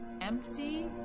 empty